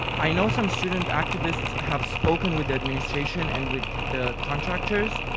i know some student activists have spoken with the administration and with the contractors,